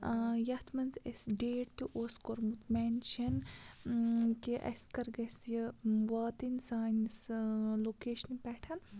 یَتھ منٛز أسۍ ڈیٹ تہِ اوس کوٚرمُت مٮ۪نشَن کہِ اَسہِ کَر گَژھِ یہِ واتٕنۍ سٲنِس لوکیشنہٕ پٮ۪ٹھ